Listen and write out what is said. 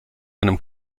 einem